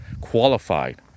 qualified